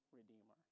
redeemer